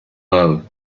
love